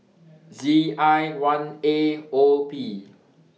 Z I one A O P